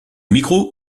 micro